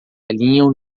alinham